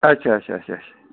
اچھا اچھا اچھا اچھا